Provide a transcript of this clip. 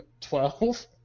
Twelve